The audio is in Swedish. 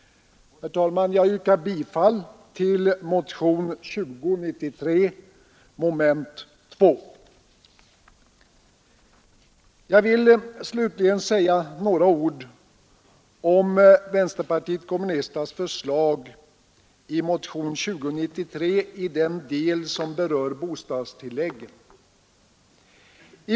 Herr talman! Jag yrkar bifall till motionen 2093, mom. 2. Jag vill slutligen säga några ord om vänsterpartiet kommunisternas förslag i motionen 2093 i den del som berör bostadstilläggen.